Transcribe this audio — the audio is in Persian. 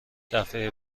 دفعه